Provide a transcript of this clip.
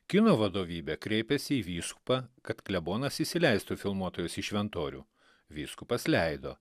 kino vadovybė kreipėsi į vyskupą kad klebonas įsileistų filmuotojus į šventorių vyskupas leido